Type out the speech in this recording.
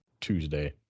Tuesday